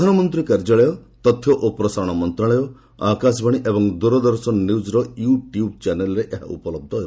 ପ୍ରଧାନମନ୍ତ୍ରୀ କାର୍ଯ୍ୟାଳୟ ତଥ୍ୟ ଓ ପ୍ରସାରଣ ମନ୍ତ୍ରଶାଳୟ ଆକାଶବାଣୀ ଓ ଦୂରଦର୍ଶନ ନ୍ୟୁଜ୍ର ୟୁ ଟ୍ୟୁବ୍ ଚ୍ୟାନେଲରେ ଏହା ଉପଲହ୍ଧ ହେବ